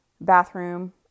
bathroom